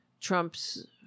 Trump's